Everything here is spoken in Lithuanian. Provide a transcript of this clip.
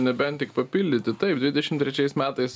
nebent tik papildyti taip dvidešim trečiais metais